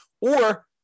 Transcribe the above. Or-